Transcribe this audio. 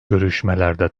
görüşmelerde